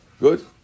Good